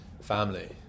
family